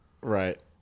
Right